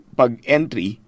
pag-entry